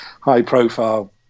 high-profile